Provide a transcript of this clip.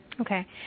Okay